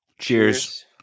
Cheers